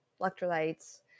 electrolytes